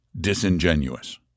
disingenuous